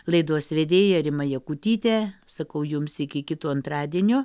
laidos vedėja rima jakutytė sakau jums iki kito antradienio